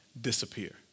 disappear